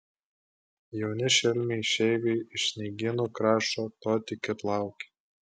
jauni šelmiai išeiviai iš sniegynų krašto to tik ir laukia